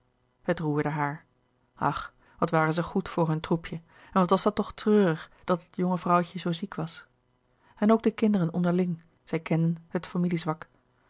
het roerde haar ach wat waren zij goed voor hun troepje en wat was dat toch treurig dat dat jonge vrouwtje zoo ziek was en ook de kinderen onderling zij kenden het